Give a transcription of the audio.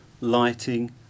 lighting